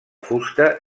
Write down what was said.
fusta